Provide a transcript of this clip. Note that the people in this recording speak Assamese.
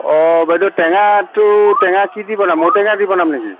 অ' বাইদেউ টেঙাটো টেঙা কি দি বনাম ঔটেঙা দি বনাম নেকি